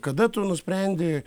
kada tu nusprendi